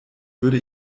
würde